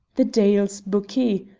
the deil's buckie!